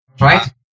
Right